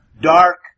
dark